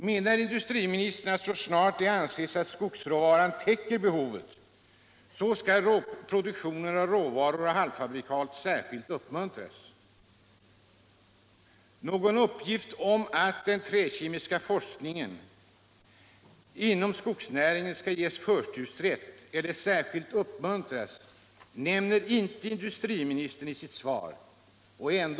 Menar industriministern att så snart det anses att skogsråvaran täcker behovet, skall produktionen av råvaror och halvfabrikat särskilt uppmuntras? Någon uppgift om att den träkemiska forskningen inom skogsnäringen skall ges förtursrätt eller särskilt uppmuntras nämner inte industriministern i sitt svar.